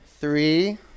Three